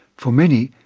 for many,